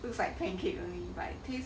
looks like pancake only but it tastes